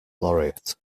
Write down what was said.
laureate